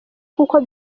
kuko